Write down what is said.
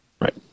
right